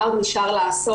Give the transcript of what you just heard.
מה עוד נשאר לעשות,